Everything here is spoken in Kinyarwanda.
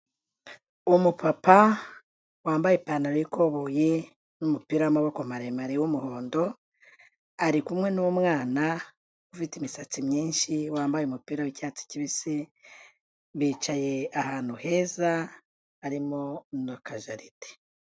Umupapa wambaye ipantaro y'ikoboye n'umupira w'amaboko maremare w'umuhondo ari kumwe n'umwana ufite imisatsi myinshi wambaye umupira w'icyatsi kibisi, bicaye ahantu heza harimo n'akajaride.